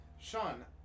Sean